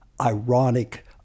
ironic